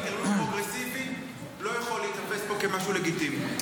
אדם שקורא לי "טרלול פרוגרסיבי" לא יכול להיתפס פה כמשהו לגיטימי.